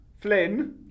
Flynn